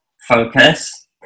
focus